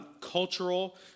cultural